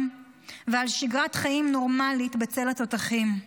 ועל שגרת חיים נורמלית בצל התותחים.